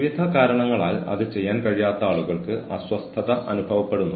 ജീവനക്കാർ അവരുടെ കഴിവുകൾ മെച്ചപ്പെടുത്താൻ ഇഷ്ടപ്പെടുന്നു